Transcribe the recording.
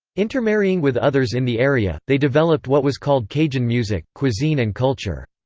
intermarrying with others in the area, they developed what was called cajun music, cuisine and culture.